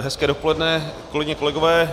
Hezké dopoledne, kolegyně a kolegové.